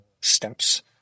steps